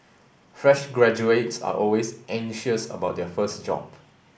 fresh graduates are always anxious about their first job